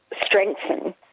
strengthen